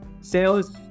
sales